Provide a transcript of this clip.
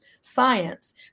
science